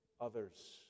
others